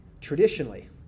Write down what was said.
Traditionally